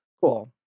Cool